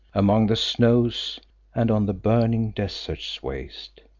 among the snows and on the burning desert's waste.